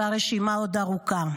והרשימה עוד ארוכה.